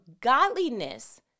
godliness